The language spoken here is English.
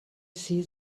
see